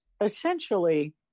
essentially